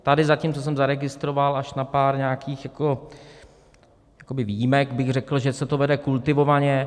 Tady zatím, co jsem zaregistroval, až na pár nějakých jakoby výjimek, bych řekl, že se to vede kultivovaně.